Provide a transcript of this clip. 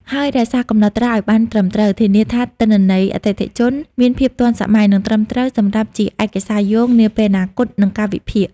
ហើយរក្សាកំណត់ត្រាឱ្យបានត្រឹមត្រូវ ធានាថាទិន្នន័យអតិថិជនមានភាពទាន់សម័យ និងត្រឹមត្រូវសម្រាប់ជាឯកសារយោងនាពេលអនាគត និងការវិភាគ។